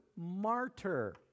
martyr